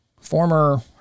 former